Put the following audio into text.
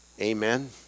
Amen